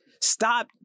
stop